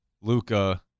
Luca